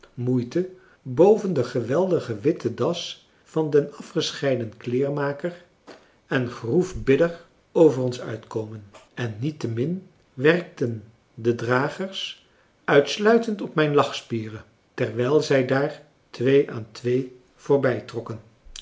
moeite boven de geweldige witte das van den afgescheiden kleermaker en groefbidder over ons uitkomen en niettemin werkten de dragers uitsluitend op mijn lachspieren terwijl zij daar twee aan twee